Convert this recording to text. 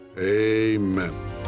amen